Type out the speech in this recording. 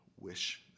wish